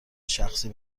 شخصی